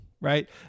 right